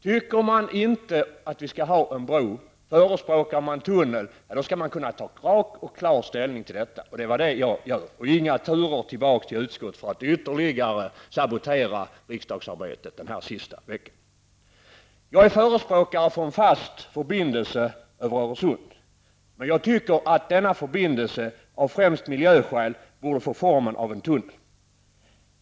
Tycker man inte att vi skall ha en bro utan förespråkar en tunnel, skall man rakt och klart kunna ta ställning till detta -- och det är detta jag gör -- och inte kräva några turer tillbaka till utskottet för att ytterligare sabotera riksdagsarbetet denna sista vecka. Jag är förespråkare för en fast förbindelse över Öresund. Men jag tycker att denna förbindelse av främst miljöskäl borde få formen av en tunnel.